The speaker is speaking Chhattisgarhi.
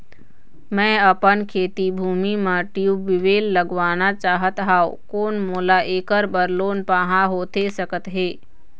मैं अपन खेती भूमि म ट्यूबवेल लगवाना चाहत हाव, कोन मोला ऐकर बर लोन पाहां होथे सकत हे?